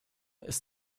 ist